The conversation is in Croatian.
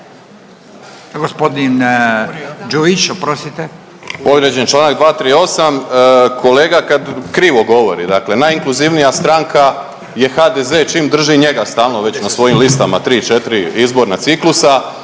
Gospodin Đujić, oprostite.